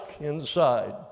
inside